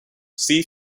see